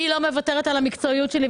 אני לא מוותרת על המקצועיות שלי,